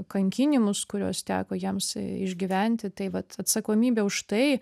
kankinimus kuriuos teko jiems išgyventi tai vat atsakomybė už tai